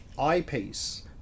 eyepiece